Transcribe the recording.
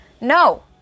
No